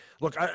look